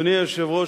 אדוני היושב-ראש,